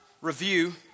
review